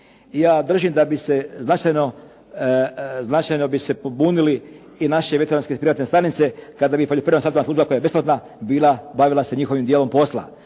ja držim da bi se značajno bi se pobunili i naši veterinarske privatne stanice kada bi ih poljoprivredna služba koja je besplatna bila bavila se njihovim dijelom posla.